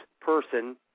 person